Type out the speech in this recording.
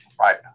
right